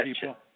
people